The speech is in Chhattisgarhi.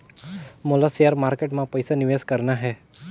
मोला शेयर मार्केट मां पइसा निवेश करना हे?